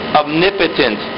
omnipotent